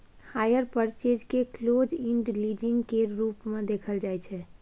hire purchase केँ close end leasing केर रूप मे देखाएल जाइ छै